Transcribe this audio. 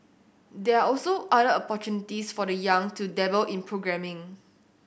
there are also other opportunities for the young to dabble in programming